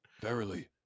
Verily